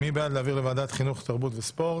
מי בעד להעביר לוועדת החינוך, התרבות והספורט?